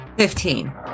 Fifteen